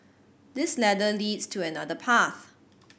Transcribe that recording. this ladder leads to another path